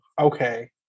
okay